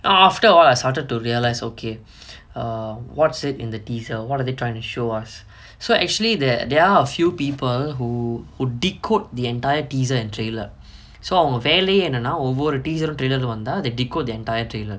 after all I started to realise okay err what's it in the teaser what are they trying to show us so actually there there are a few people who who decode the entire teaser and trailer so அவங்க வேலயே என்னன்னா ஒவ்வொரு:avanga velayae ennanaa ovvoru teaser uh trailer uh வந்தா:vanthaa they decode their entire trailer